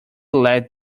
led